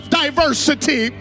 diversity